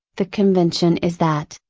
the convention is that,